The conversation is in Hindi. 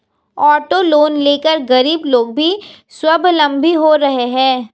ऑटो लोन लेकर गरीब लोग भी स्वावलम्बी हो रहे हैं